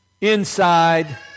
inside